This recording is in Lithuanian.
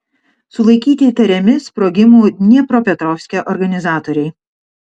sulaikyti įtariami sprogimų dniepropetrovske organizatoriai